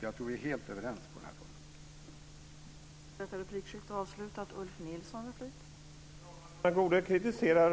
Jag tror att vi är helt överens på den här punkten.